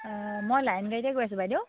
মই লাইন গাড়ীতে গৈ আছো বাইদেউ